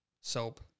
Soap